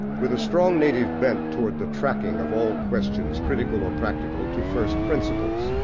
with a strong native bent towards the tracking of all questions, critical or practical, to first principles,